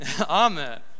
Amen